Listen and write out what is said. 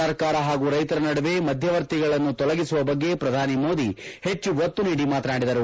ಸರ್ಕಾರ ಹಾಗೂ ರೈತರ ನಡುವೆ ಮಧ್ಯವರ್ತಿಗಳನ್ನು ತೊಲಗಿಸುವ ಬಗ್ಗೆ ಪ್ರಧಾನಿ ಮೋದಿ ಹೆಚ್ಚು ಒತ್ತು ನೀದಿ ಮಾತನಾದಿದರು